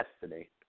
destiny